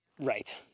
right